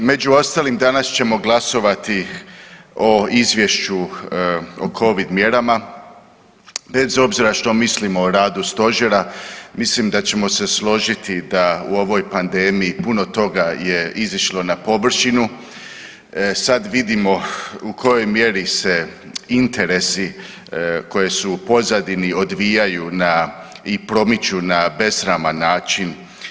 Među ostalim, danas ćemo glasovati o Izvješću o Covid mjerama bez obzira što mislimo o radu Stožera, mislim da ćemo se složiti da u ovoj pandemiji puno toga je izišlo na površinu, sad vidimo u kojoj mjeri se interesi koji su u pozadini odvijaju na i promiču na besraman način.